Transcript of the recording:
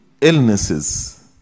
illnesses